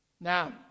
Now